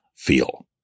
feel